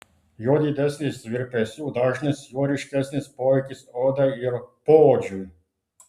juo didesnis virpesių dažnis juo ryškesnis poveikis odai ir poodžiui